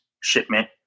shipment